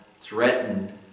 threatened